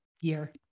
year